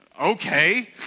Okay